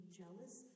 jealous